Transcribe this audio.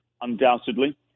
undoubtedly